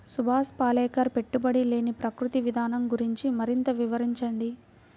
సుభాష్ పాలేకర్ పెట్టుబడి లేని ప్రకృతి విధానం గురించి మరింత వివరించండి